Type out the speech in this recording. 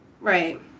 right